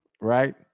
right